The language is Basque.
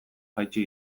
jaitsi